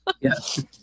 Yes